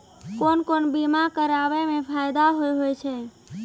कोन कोन बीमा कराबै मे फायदा होय होय छै?